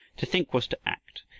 to think was to act,